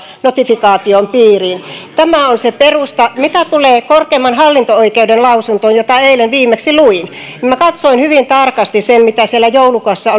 notifikaation piiriin tämä on se perusta mitä tulee korkeimman hallinto oikeuden lausuntoon jota eilen viimeksi luin niin minä katsoin hyvin tarkasti sen mitä siellä joulukuussa